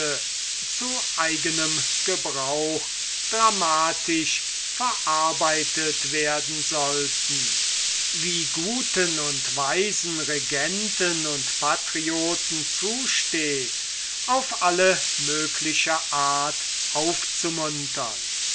zu eigenem gebrauch dramatisch verarbeitet werden sollten wie guten weisen regenten und patrioten zusteht auf alle mögliche art aufzumuntern